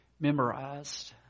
memorized